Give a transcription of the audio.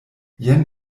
jen